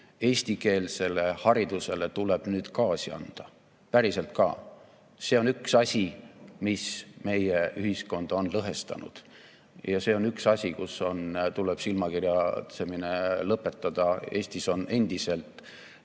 Eestikeelsele haridusele tuleb nüüd gaasi anda. Päriselt ka. See on üks asi, mis meie ühiskonda on lõhestanud, ja see on üks asi, mille puhul tuleb silmakirjatsemine lõpetada. Eestis on endiselt